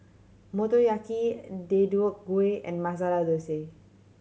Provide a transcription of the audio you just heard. Motoyaki Deodeok Gui and Masala Dosa